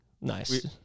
Nice